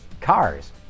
cars